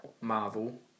Marvel